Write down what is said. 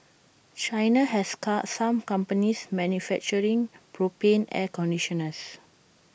China has car some companies manufacturing propane air conditioners